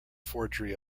forgery